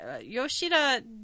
Yoshida